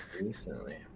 recently